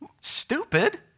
stupid